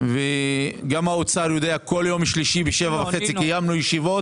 גם האוצר יודע וכל יום שלישי קיימנו ישיבות